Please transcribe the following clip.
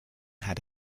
had